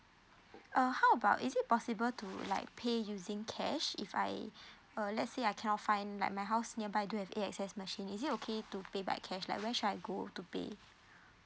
uh how about is it possible to like pay using cash if I err let's say I cannot find like my house nearby do have A_X_S machine is it okay to pay by cash like where should I go to pay